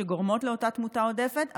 שגורמות לאותה תמותה עודפת,